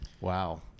Wow